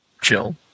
Chill